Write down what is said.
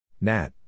Nat